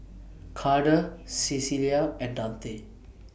Karter Cecelia and Dante